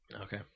Okay